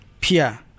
Pia